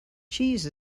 cheese